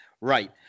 Right